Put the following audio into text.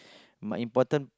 my important